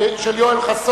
של חבר הכנסת יואל חסון.